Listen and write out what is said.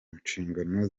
nshingano